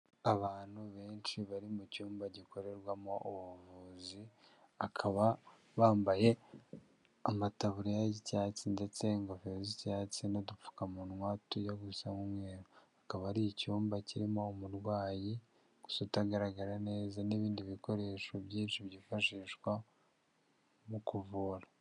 Abantu benshi bari mu cyumba gikorerwamo ubuvuzi, akaba bambaye amataburiya y'icyatsi ndetse ingofero z'icyatsi n'udupfukamunwa tujya gusa nk'umweru, akaba ari icyumba kirimo umurwayi gusa utagaragara neza n'ibindi bikoresho byinshi byifashishwa mu kuvura.